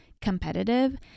competitive